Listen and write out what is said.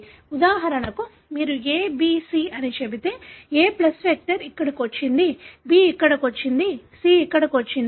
ఉదాహరణకు మీరు A B C అని చెబితే A ప్లస్ వెక్టర్ ఇక్కడకు వచ్చింది B ఇక్కడకు వచ్చింది C ఇక్కడకు వచ్చింది